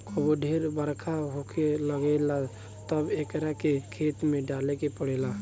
कबो ढेर बरखा होखे लागेला तब एकरा के खेत में डाले के पड़ेला